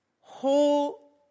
whole